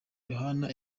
yohana